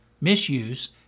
misuse